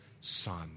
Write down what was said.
Son